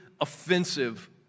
offensive